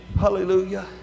Hallelujah